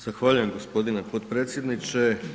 Zahvaljujem gospodine potpredsjedniče.